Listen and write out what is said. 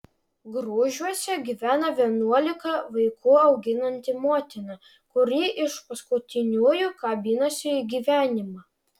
grūžiuose gyvena vienuolika vaikų auginanti motina kuri iš paskutiniųjų kabinasi į gyvenimą